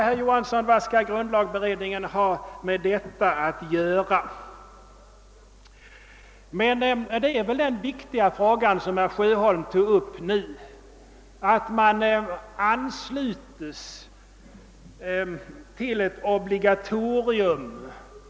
Samma sak gäller det andra fallet, kollektivanslutningen till partier.